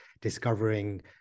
discovering